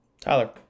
Tyler